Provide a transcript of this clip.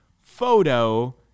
photo